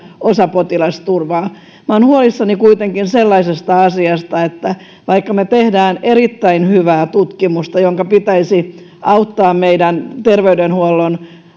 osa potilasturvaa minä olen huolissani kuitenkin sellaisesta asiasta että vaikka me teemme erittäin hyvää tutkimusta jonka pitäisi auttaa meidän terveydenhuollon